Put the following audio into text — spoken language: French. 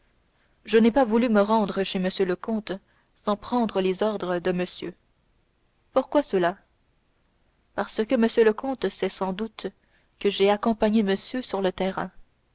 je n'ai pas voulu me rendre chez m le comte sans prendre les ordres de monsieur pourquoi cela parce que m le comte sait sans doute que j'ai accompagné monsieur sur le terrain